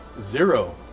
zero